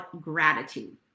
gratitude